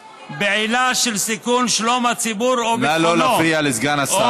"בעילה של סיכון שלום הציבור או ביטחונו" נא לא להפריע לסגן השר.